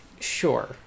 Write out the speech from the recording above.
sure